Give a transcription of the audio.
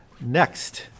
next